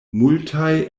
multaj